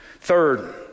Third